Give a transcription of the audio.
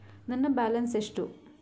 ನನ್ನ ಬ್ಯಾಲೆನ್ಸ್ ಎಷ್ಟು?